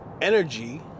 energy